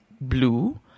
blue